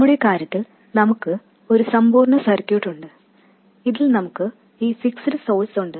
നമ്മുടെ കാര്യത്തിൽ നമുക്ക് ഈ സമ്പൂർണ്ണ സർക്യൂട്ട് ഉണ്ട് ഇതിൽ നമുക്ക് ഈ ഫിക്സ്ഡ് സോഴ്സ് ഉണ്ട്